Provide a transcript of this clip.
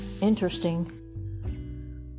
interesting